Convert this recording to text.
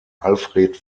alfred